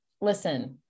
Listen